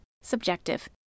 subjective